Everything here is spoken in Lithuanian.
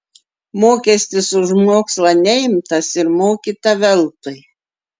mokestis už mokslą neimtas ir mokyta veltui